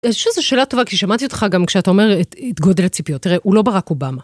שוב, זו שאלה טובה, כי שמעתי אותך גם כשאתה אומר, את גודל הציפיות, תראה, הוא לא ברק אובמה.